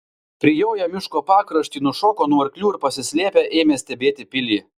prijoję miško pakraštį nušoko nuo arklių ir pasislėpę ėmė stebėti pilį